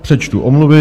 Přečtu omluvy.